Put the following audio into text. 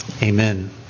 Amen